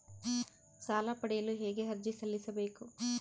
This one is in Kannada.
ಸಾಲ ಪಡೆಯಲು ಹೇಗೆ ಅರ್ಜಿ ಸಲ್ಲಿಸಬೇಕು?